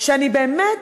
שאני באמת